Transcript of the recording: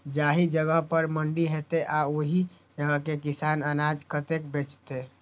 जाहि जगह पर मंडी हैते आ ओहि जगह के किसान अनाज कतय बेचते?